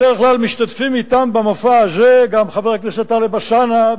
בדרך כלל משתתפים אתם במופע הזה גם חבר הכנסת טלב אלסאנע,